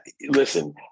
Listen